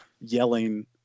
yelling